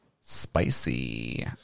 spicy